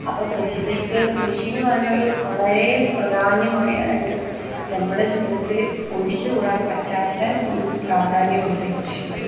അപ്പം കൃഷികൾക്ക് കൃഷി എന്ന് പറയുന്നത് വളരെ പ്രധാന്യമായി അതായത് നമ്മുടെ ജീവിതത്തിൽ ഒഴിച്ച് കൂടാൻ പറ്റാത്ത ഒരു പ്രാധാന്യമുണ്ട് ഈ കൃഷികൾക്ക്